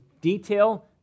detail